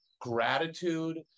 gratitude